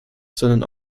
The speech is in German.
sondern